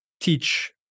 teach